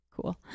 Cool